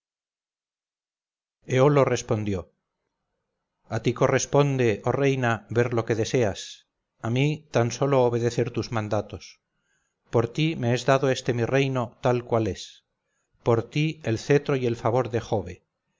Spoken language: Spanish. éolo respondió a ti corresponde oh reina ver lo que deseas a mi tan sólo obedecer tus mandatos por ti me es dado este mi reino tal cual es por ti el cetro y el favor de jove